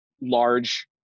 large